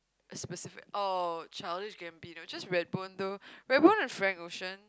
a specific oh Childish-Gambino just Red-Bone though Red-Bone and Frank-Ocean